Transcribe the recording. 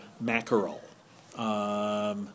mackerel